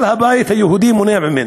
אבל הבית היהודי מונע ממנו.